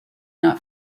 not